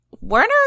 Werner